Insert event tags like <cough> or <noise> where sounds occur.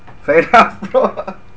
fed up <laughs>